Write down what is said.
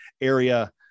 area